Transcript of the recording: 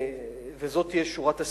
וזאת תהיה שורת הסיכום,